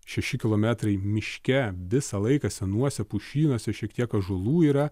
šeši kilometrai miške visą laiką senuose pušynuose šiek tiek ąžuolų yra